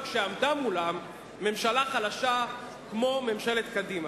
כשעמדה מולם ממשלה חלשה כמו ממשלת קדימה.